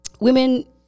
women